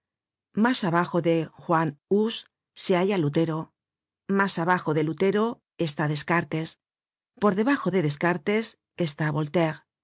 mas abajo de juan huss se halla lutero mas abajo de lutero está descartes por bajo de descartes está